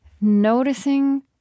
noticing